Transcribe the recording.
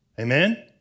Amen